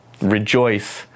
Rejoice